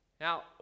now